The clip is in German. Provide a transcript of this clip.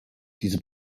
diese